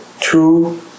two